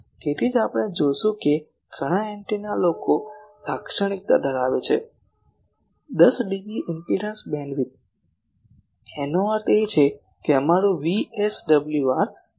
તેથી જ આપણે જોશું કે ઘણા એન્ટેના લોકો લાક્ષણિકતા ધરાવે છે 10 ડીબી ઇમ્પેડંસ બેન્ડવિડ્થ એનો અર્થ એ કે અમારું VSWR અથવા પ્રતિબિંબ ગુણાંક 10 ડીબી છે